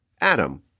Adam